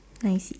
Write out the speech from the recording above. I see